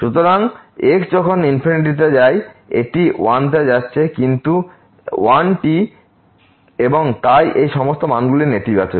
সুতরাং যখন x তে যায় এটি 1 তে যাচ্ছে কিন্তু 1 টি এবং তাই এই সমস্ত মানগুলি নেতিবাচক ছিল